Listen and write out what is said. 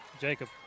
Jacob